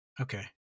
Okay